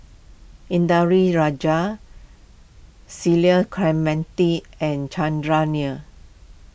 Indranee Rajah Cecil Clementi and Chandran Nair